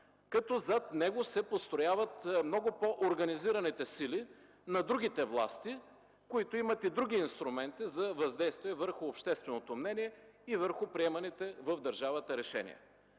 като зад него се построяват много по-организираните сили на другите власти, които имат и други инструменти за въздействие върху общественото мнение и върху приеманите в държавата решения.